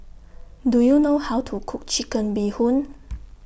Do YOU know How to Cook Chicken Bee Hoon